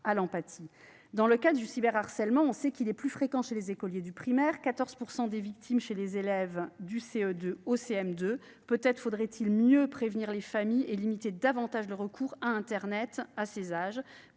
l'empathie. On sait que le cyberharcèlement est plus fréquent chez les écoliers du primaire, avec 14 % de victimes parmi les élèves du CE2 au CM2. Peut-être faudrait-il mieux prévenir les familles et limiter davantage le recours à internet à ces âges.